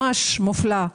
ממש מופלא.